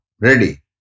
ready